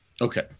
Okay